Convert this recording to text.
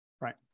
Right